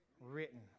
written